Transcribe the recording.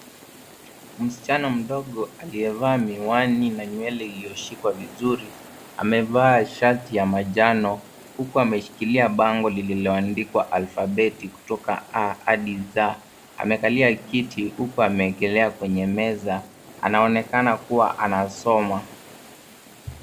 Msichana mdogo aliyevaa miwani na nywele iliyoshukwa vizuri amevaa shati ya manjano huku ameshikilia bango lililoandikwa alfabeti kutoka A hadi Z.Amekalia kiti huku ameegemea kwenye meza. Anaonekana kuwa anasoma.